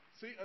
See